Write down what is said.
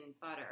butter